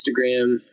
Instagram